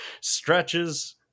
stretches